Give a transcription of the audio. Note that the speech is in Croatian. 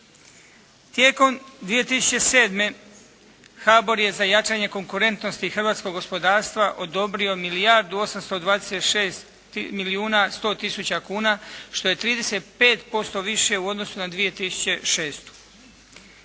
Tijekom 2007. HBOR je za jačanje konkurentnosti hrvatskog gospodarstva odobrio milijardu 826 milijun 100 tisuća kuna što je 35% više u odnosu na 2006.